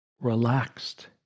relaxed